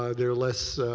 ah they're less